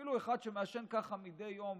אפילו אחד שמעשן ככה מדי יום